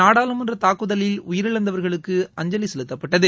நாடாளுமன்ற தாக்குதலில் உயிரிழந்தவர்களுக்கு அஞ்சலி செலுத்தப்பட்டது